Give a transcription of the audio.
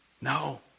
No